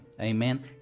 Amen